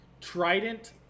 Trident